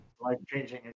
life-changing